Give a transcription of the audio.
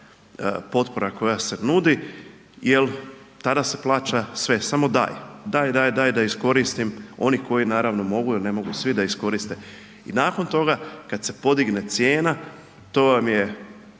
potpora koja se nudi jer tada se plaća sve, samo daj, daj, daj, da iskoristim, oni koji naravno mogu jer ne mogu svi da iskoriste i nakon toga, kada se podigne cijena, to vam je